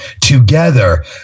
together